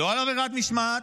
לא על עבירת משמעת,